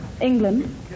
England